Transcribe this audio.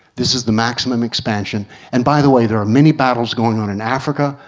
this is the maximum expansion and by the way, there are many battles going on in africa,